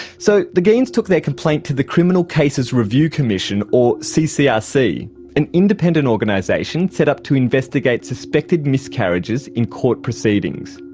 so the geens took their complaint to the criminal cases review commission, or ccrc, an independent organisation set up to investigate suspected miscarriages in court proceedings.